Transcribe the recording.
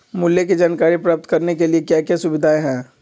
मूल्य के जानकारी प्राप्त करने के लिए क्या क्या सुविधाएं है?